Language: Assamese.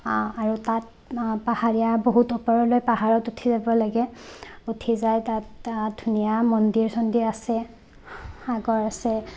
আৰু তাত পাহাৰীয়া বহুত ওপৰলৈ পাহাৰত উঠি যাব লাগে উঠি যাই তাত ধুনীয়া মন্দিৰ চন্দিৰ আছে সাগৰ আছে